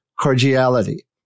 cordiality